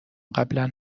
قبلا